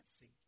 see